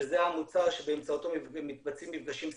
שזה המוצר שבאמצעותו מתבצעים מפגשים סינכרוניים,